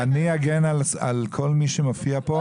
לא, אני אגן על כל מי שמופיע פה.